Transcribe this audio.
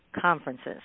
conferences